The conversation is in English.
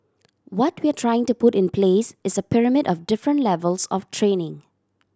what we're trying to put in place is a pyramid of different levels of training